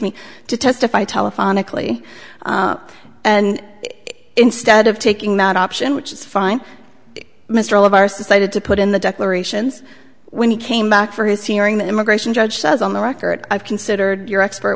testify telephonically and instead of taking that option which is fine mr all of our cited to put in the declarations when he came back for his hearing the immigration judge says on the record i've considered your expert